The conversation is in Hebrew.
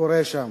קורה שם.